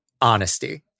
honesty